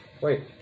Wait